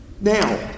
Now